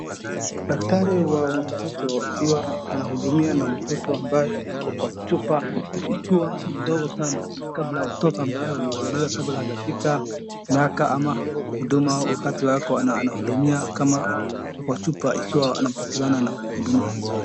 Daktari wa watoto akiwa anahudumia na mtoto ambaye ako kwa chupa ikiwa ni mdogo sana ni kabla watoto ambaye wamezaliwa kabla hajafika miaka ama huduma wakati wako anahudumia kama ako kwa chupa ikiwa anapatiana na huduma vizuri.